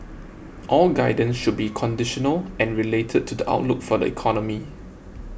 all guidance should be conditional and related to the outlook for the economy